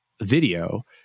video